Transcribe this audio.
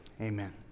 Amen